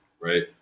right